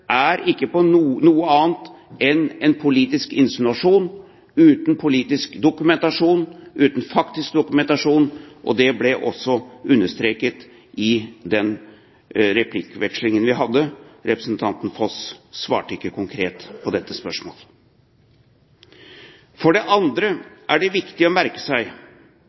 er ikke noe annet enn en politisk insinuasjon, uten politisk dokumentasjon, uten faktisk dokumentasjon. Det ble også understreket i den replikkvekslingen vi hadde. Representanten Foss svarte ikke konkret på dette spørsmålet. For det andre er det viktig å merke seg